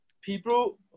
people